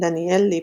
דניאל ליפסון,